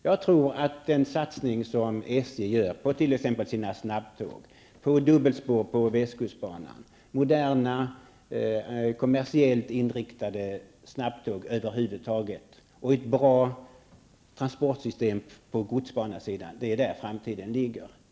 Jag tror att framtiden ligger i en sådan satsning som SJ gör på t.ex. sina snabbtåg på dubbelspår på västkustbanan, med moderna kommersiellt inriktade snabbtåg över huvud taget och med ett bra transportsystem på godsbanesidan.